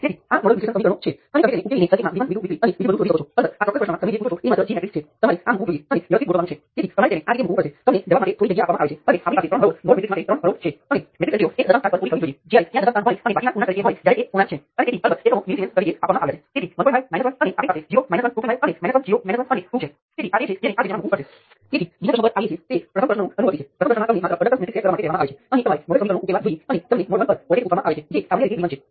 તેથી સ્વતંત્ર કરંટ સ્ત્રોતની જેમ આપણે એક સુપર મેશ બનાવીએ છીએ જેમાં તમામ મેશનો સમાવેશ થાય છે જે આ કરંટ નિયંત્રિત કરંટ સ્ત્રોતને રજૂ કરે છે અને પછી આપણે સુપર મેશ માટે સમીકરણ લખીએ છીએ